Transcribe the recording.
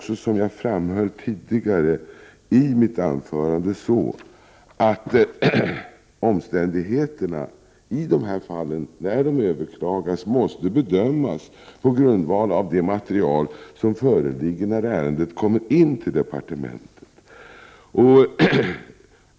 Som jag framhöll tidigare i mitt anförande måste omständigheterna i dessa fall, när de överklagas, bedömas på grundval av det material som föreligger när ärendet kommer till departementet.